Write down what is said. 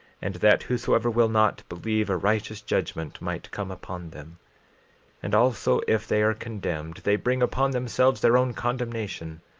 and that whosoever will not believe, a righteous judgment might come upon them and also if they are condemned they bring upon themselves their own condemnation.